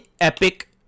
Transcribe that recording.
epic